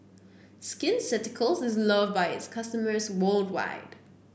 Skin Ceuticals is loved by its customers worldwide